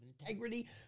integrity